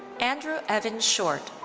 andrew evan short.